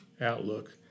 outlook